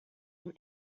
one